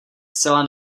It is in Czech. zcela